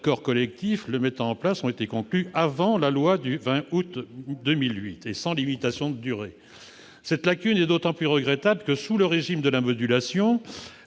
les accords collectifs le mettant en place ont été conclus avant ladite loi, et cela sans limitation de durée. Cette lacune est d'autant plus regrettable que, sous le régime de la modulation,